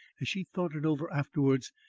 as she thought it over afterwards,